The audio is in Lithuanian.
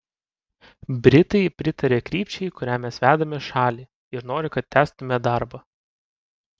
britai pritaria krypčiai kuria mes vedame šalį ir nori kad tęstume darbą